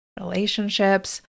relationships